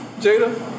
Jada